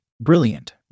Brilliant